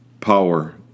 power